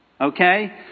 Okay